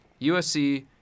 USC